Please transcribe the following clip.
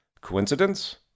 Coincidence